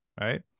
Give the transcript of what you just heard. right